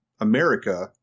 America